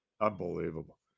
unbelievable